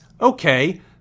Okay